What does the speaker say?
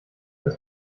das